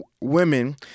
women